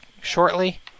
shortly